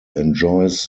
enjoys